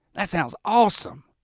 that sounds awesome.